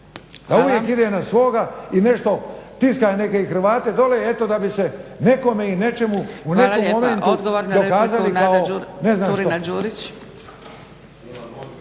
da uvijek ide na svoga i nešto tiska neke Hrvate dole eto da bi se nekome i nečemu u nekom momentu dokazali kao